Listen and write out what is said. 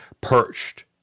perched